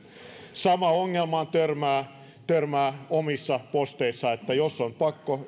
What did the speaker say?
samaan ongelmaan törmää törmää omissa posteissaan jos on pakko